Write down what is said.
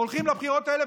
הולכים לבחירות האלה,